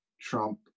Trump